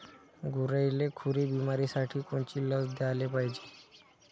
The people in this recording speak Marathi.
गुरांइले खुरी बिमारीसाठी कोनची लस द्याले पायजे?